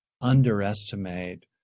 underestimate